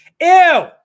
Ew